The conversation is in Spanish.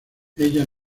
ella